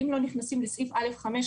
אם לא נכנסים לסעיף א5,